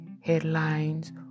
headlines